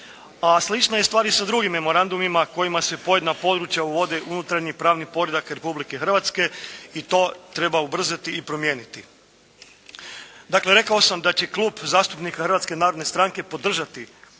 a slična je stvar i sa drugim memorandumima kojima se pojedina područja uvode u unutarnji i pravni poredak Republike Hrvatske i to treba ubrzati i promijeniti. Dakle, rekao sam da će Klub zastupnika Hrvatske narodne stranke podržati